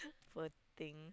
poor thing